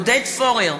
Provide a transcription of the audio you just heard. עודד פורר,